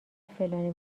فلانی